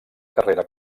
carrera